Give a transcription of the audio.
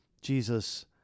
Jesus